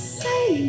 say